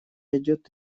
идет